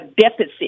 deficit